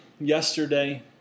yesterday